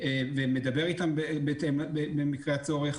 המשטרה עצמה לא מבינה את התקנות.